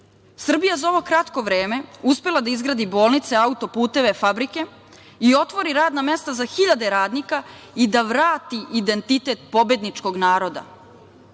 Srbija za ovo kratko vreme je uspela da izgradi bolnice, autoputeve, fabrike i otvori radna mesta za hiljade radnika i da vrati identitet pobedničkog naroda. Budžet